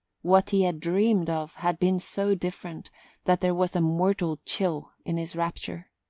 what he had dreamed of had been so different that there was a mortal chill in his rapture.